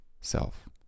self